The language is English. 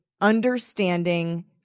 understanding